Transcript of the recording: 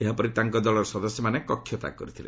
ଏହାପରେ ତାଙ୍କ ଦଳର ସଦସ୍ୟମାନେ କକ୍ଷତ୍ୟାଗ କରିଥିଲେ